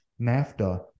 NAFTA